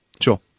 Sure